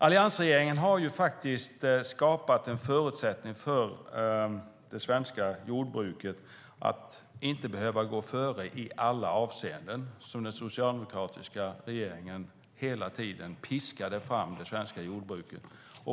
Alliansregeringen har faktiskt skapat en förutsättning för det svenska jordbruket att inte behöva gå före i alla avseenden, som den socialdemokratiska regeringen hela tiden piskade det svenska jordbruket till.